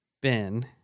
Ben